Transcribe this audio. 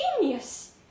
genius